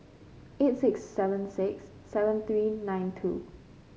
eight six seven six seven three nine two